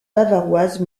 bavaroise